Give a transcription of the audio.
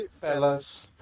fellas